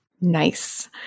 Nice